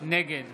נגד